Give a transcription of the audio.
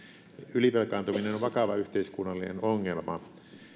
ylivelkaantuminen on vakava yhteiskunnallinen ongelma